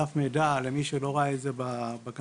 דף מידע למי שלא ראה בקמפיינים.